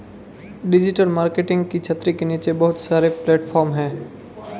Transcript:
digital marketing की छतरी के नीचे बहुत सारे प्लेटफॉर्म हैं